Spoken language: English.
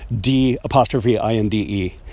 D-apostrophe-I-N-D-E